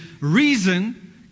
Reason